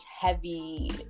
heavy